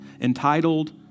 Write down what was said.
Entitled